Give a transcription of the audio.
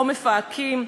או מפהקים.